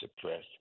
suppress